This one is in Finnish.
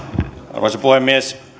arvoisa puhemies